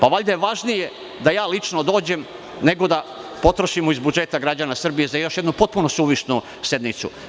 Valjda je važnije da ja lično dođem, nego da potrošimo iz budžeta građana Srbije za još jednu potpuno suvišnu sednicu.